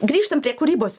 grįžtam prie kūrybos